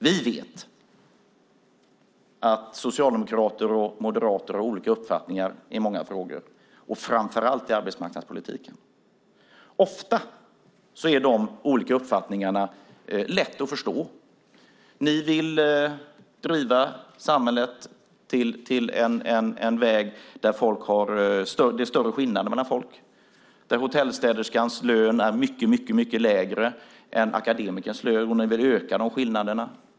Vi vet att socialdemokrater och moderater har olika uppfattningar i många frågor, framför allt i arbetsmarknadspolitiken. Ofta är de olika uppfattningarna lätta att förstå. Moderaterna vill driva in samhället på en väg där det är större skillnader mellan folk, där hotellstäderskans lön är mycket lägre än akademikerns, och de vill dessutom öka skillnaderna.